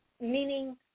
meaning